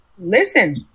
Listen